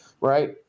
right